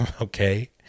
okay